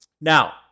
Now